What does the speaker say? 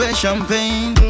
champagne